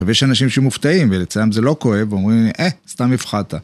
ויש אנשים שמופתעים, ואצלם זה לא כואב, אומרים לי, אה, סתם הפחדת.